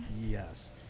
Yes